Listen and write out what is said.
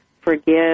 forgive